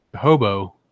hobo